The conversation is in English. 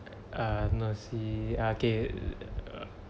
err no see ah okay